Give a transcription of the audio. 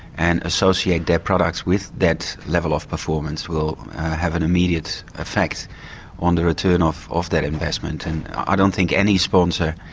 and associate their products with that level of performance, will have an immediate effect on the return of that investment. and i don't think any sponsor,